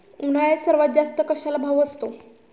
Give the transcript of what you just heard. उन्हाळ्यात सर्वात जास्त कशाला भाव असतो?